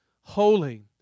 Holy